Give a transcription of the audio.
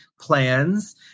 plans